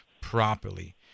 properly